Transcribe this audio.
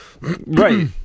Right